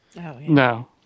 No